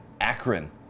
Akron